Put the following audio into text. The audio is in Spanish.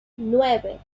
nueve